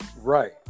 Right